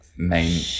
Main